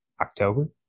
October